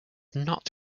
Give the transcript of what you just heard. not